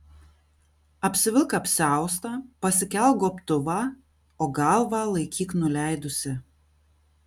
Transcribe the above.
apsivilk apsiaustą pasikelk gobtuvą o galvą laikyk nuleidusi